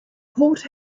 port